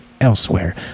Elsewhere